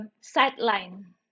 sideline